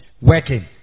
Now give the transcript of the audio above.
working